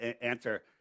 answer